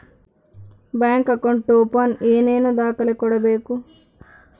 Bank account open ಏನೇನು ದಾಖಲೆ ಕೊಡಬೇಕು?